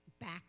back